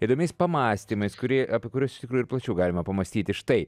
įdomiais pamąstymais kurie apie kuriuos iš tikrųjų ir plačiau galima pamąstyti štai